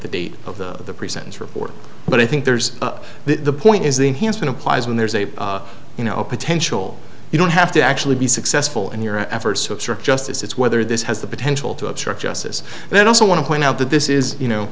the date of the pre sentence report but i think there's that the point is the enhanced one applies when there's a you know potential you don't have to actually be successful in your efforts to obstruct justice it's whether this has the potential to obstruct justice and then also want to point out that this is you know